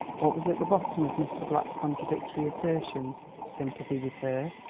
what was at the bottom of mr. black's contradictory assertions? sympathy with her,